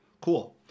Cool